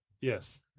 yes